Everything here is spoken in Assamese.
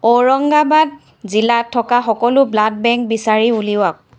ঔৰংগাবাদ জিলাত থকা সকলো ব্লাড বেংক বিচাৰি উলিয়াওক